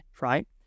right